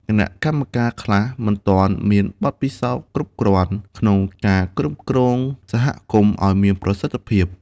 គណៈកម្មការខ្លះមិនទាន់មានបទពិសោធន៍គ្រប់គ្រាន់ក្នុងការគ្រប់គ្រងសហគមន៍ឲ្យមានប្រសិទ្ធភាព។